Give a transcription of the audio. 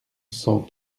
cent